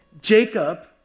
Jacob